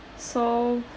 so